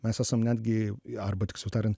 mes esam netgi arba tiksliau tariant